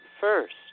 First